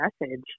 message